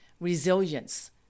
resilience